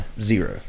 Zero